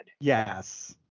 Yes